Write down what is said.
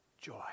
joy